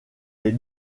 est